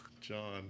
John